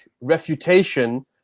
refutation